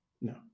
No